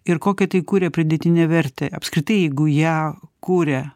ir kokią tai kuria pridėtinę vertę apskritai jeigu ją kuria